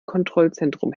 kontrollzentrum